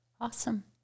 Awesome